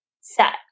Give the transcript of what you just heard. set